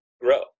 grow